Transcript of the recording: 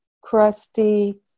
crusty